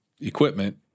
equipment